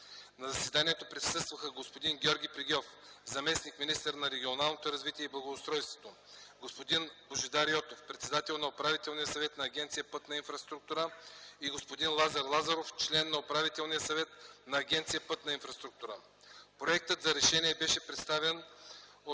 На заседанието присъстваха господин Георги Прегьов – заместник-министър на регионалното развитие и благоустройството, господин Божидар Йотов – председател на Управителния съвет на агенция „Пътна инфраструктура” и господин Лазар Лазаров – член на Управителния съвет на агенция „Пътна инфраструктура”. Проектът за решение беше представен от